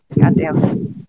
goddamn